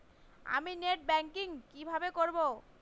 আমি net banking কিভাবে করব?